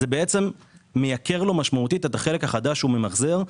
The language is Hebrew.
זה בעצם מייקר לו משמעותית את החלק החדש שהוא ממחזר.